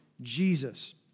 Jesus